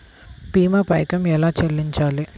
భీమా పైకం ఎలా చెల్లించాలి?